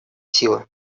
силы